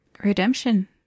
Redemption